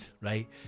right